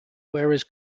whereas